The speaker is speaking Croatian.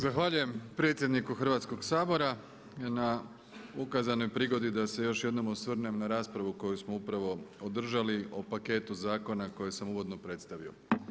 Zahvaljujem predsjedniku Hrvatskog sabora na ukazanoj prigodi da se još jednom osvrnem na raspravu koju smo upravo održali o paketu zakona koje sam uvodno predstavio.